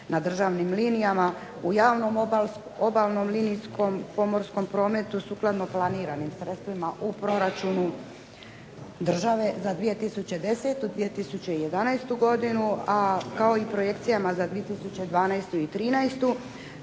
na državnim linijama u javnom obalnom linijskom pomorskom prometu sukladno planiranim sredstvima u proračunu države za 2010. i 2011. godinu, a kao i u projekcijama za 2012. i 2013.,